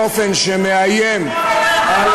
באופן שמאיים, אתה אומר דבר כזה?